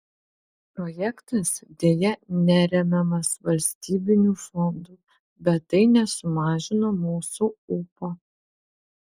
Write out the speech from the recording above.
projektas deja neremiamas valstybinių fondų bet tai nesumažino mūsų ūpo